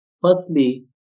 Firstly